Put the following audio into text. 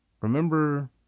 Remember